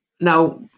Now